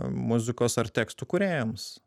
muzikos ar tekstų kūrėjams